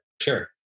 Sure